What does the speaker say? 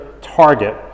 target